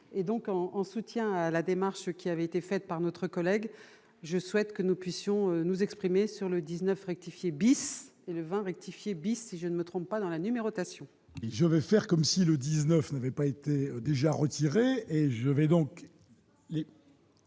en soutien à la démarche qui avait été faite par notre collègue, je souhaite que nous puissions nous exprimer sur le 19 rectifier bis, le 20 rectifier bis, si je ne me trompe pas dans la numérotation.